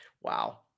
Wow